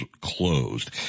closed